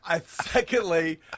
secondly